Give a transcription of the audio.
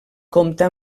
compta